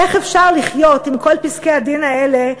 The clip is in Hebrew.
איך אפשר לחיות עם כל פסקי-הדין האלה,